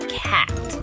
cat